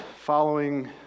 following